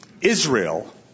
Israel